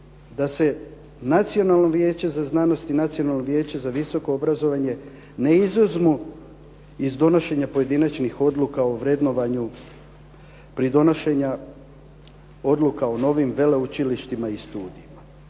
da se Nacionalno vijeće za znanost i Nacionalno vijeće za visoko obrazovanje ne izuzmu iz donošenja pojedinačnih odluka o vrednovanju pri donošenju odluka o novim veleučilišta i studijima.